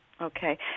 Okay